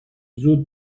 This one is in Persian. زود